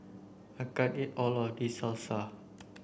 I can't eat all of this Salsa